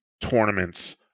tournaments